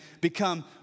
become